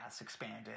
expanded